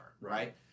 right